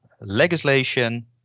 legislation